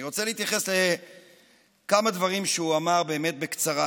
אני רוצה להתייחס לכמה דברים שהוא אמר באמת בקצרה